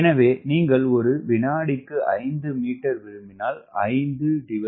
எனவே நீங்கள் ஒரு விநாடிக்கு 5 மீட்டர் விரும்பினால் 5 9